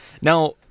Now